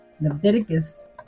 Leviticus